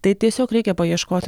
tai tiesiog reikia paieškoti